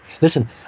Listen